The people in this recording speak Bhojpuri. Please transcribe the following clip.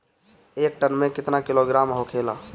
एक टन मे केतना किलोग्राम होखेला?